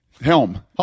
Helm